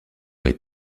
est